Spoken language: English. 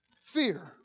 fear